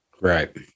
right